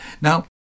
Now